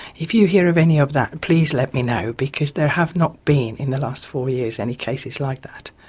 if you hear of any of that, please let me know because there have not been in the last four years any cases like that.